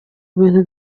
ibintu